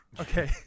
okay